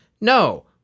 No